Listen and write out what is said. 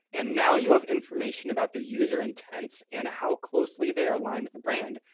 and now you have information about the user intent and how closely they are aligned with a brand.